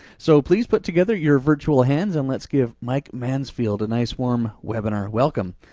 so please put together your virtual hands and let's give mike mansfield a nice, warm, webinar welcome.